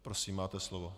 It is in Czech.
Prosím, máte slovo.